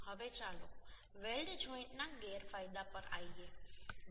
હવે ચાલો વેલ્ડ જોઈન્ટના ગેરફાયદા પર આવીએ